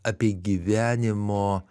apie gyvenimo